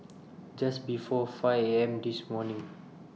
Just before five A M This morning